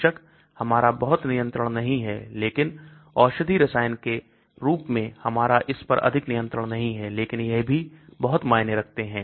बेशक हमारा बहुत नियंत्रण नहीं है लेकिन औषधि रसायन के रूप में हमारा इस पर अधिक नियंत्रण नहीं है लेकिन यह भी बहुत मायने रखते हैं